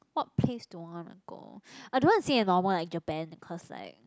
what place do I want to go I don't want to say a normal like Japan cause like